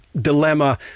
dilemma